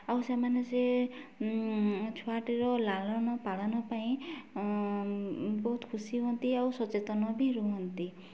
ଆଉ ସେମାନେ ସେ ଛୁଆଟିର ଲାଳନ ପାଳନ ପାଇଁ ବହୁତ ଖୁସି ହୁଅନ୍ତି ଆଉ ସଚେତନ ବି ରୁହନ୍ତି